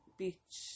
beach